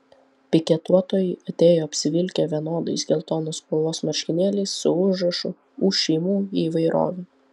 piketuotojai atėjo apsivilkę vienodais geltonos spalvos marškinėliais su užrašu už šeimų įvairovę